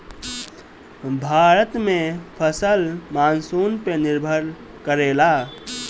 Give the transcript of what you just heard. भारत में फसल मानसून पे निर्भर करेला